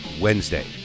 Wednesday